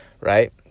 right